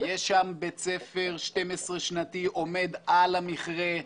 יש שם בית ספר 12 שנתי עומד על המכרה,